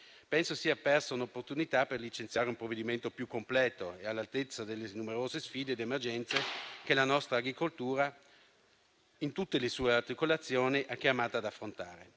Penso si sia persa un'opportunità per licenziare un provvedimento più completo e all'altezza delle numerose sfide ed emergenze che la nostra agricoltura, in tutte le sue articolazioni, è chiamata ad affrontare.